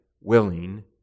willing